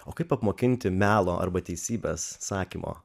o kaip apmokinti melo arba teisybės sakymo